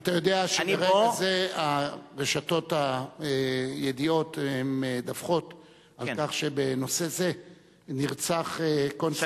אתה יודע שברגע זה רשתות הידיעות מדווחות על כך שבנושא זה נרצח קונסול,